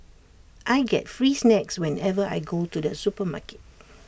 I get free snacks whenever I go to the supermarket